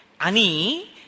Ani